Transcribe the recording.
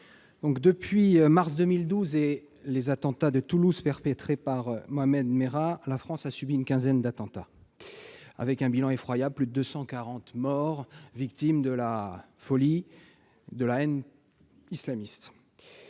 Depuis mars 2012 et les attentats de Toulouse perpétrés par Mohammed Merah, la France a subi une quinzaine d'attentats, avec un bilan effroyable : plus de 240 morts, victimes de la folie et de la haine islamistes.